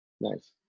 Nice